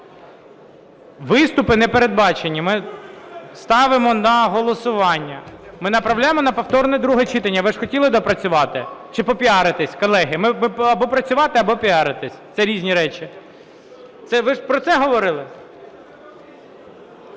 Виступи не передбачені, ставимо на голосування, ми направляємо на повторне друге читання. Ви ж хотіли доопрацювати? Чи попіаритись? Колеги, або працювати, або піаритись, це різні речі. Ви ж про це говорили?